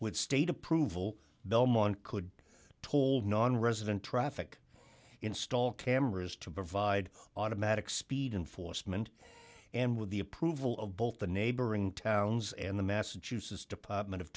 with state approval belmont could told nonresident traffic install cameras to provide automatic speed and force mint and with the approval of both the neighboring towns and the massachusetts department of